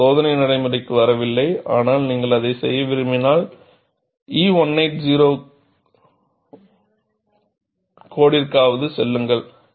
நாங்கள் சோதனை நடைமுறைக்கு வரவில்லைஆனால் நீங்கள் அதை செய்ய விரும்பினால் E 1820 கோடிற்காவது செல்லுங்கள்